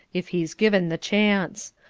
if he's given the chance.